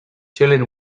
children